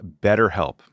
BetterHelp